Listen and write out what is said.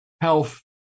health